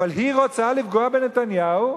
היא רוצה לפגוע בנתניהו?